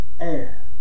air